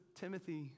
Timothy